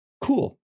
cool